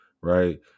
right